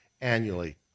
annually